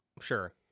Sure